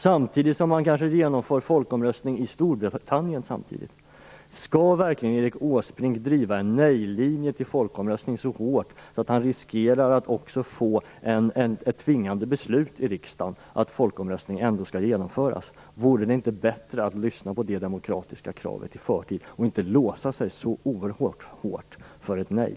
Samtidigt genomför man kanske folkomröstning i Storbritannien. Skall verkligen Erik Åsbrink driva en nej-linje i folkomröstningsfrågan så hårt att han riskerar att få ett tvingande beslut i riksdagen om att folkomröstning ändå skall genomföras? Vore det inte bättre att lyssna på det demokratiska kravet i förtid, och inte låsa sig så oerhört hårt för ett nej?